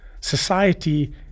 Society